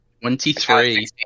Twenty-three